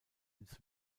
ins